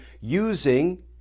using